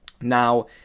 Now